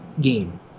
game